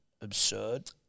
absurd